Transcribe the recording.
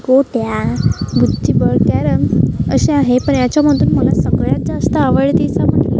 गोट्या बुद्धिबळ कॅरम असे आहे पण याच्यामधून मला सगळ्यात जास्त आवडतीचा म्हटलं